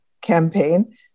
campaign